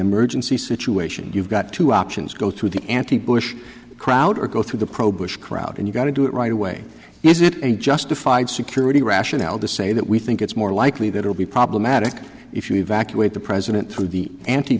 emergency situation you've got two options go to the anti bush crowd or go through the pro bush crowd and you got to do it right away is it a justified security rationale to say that we think it's more likely that will be problematic if you evacuate the president from the anti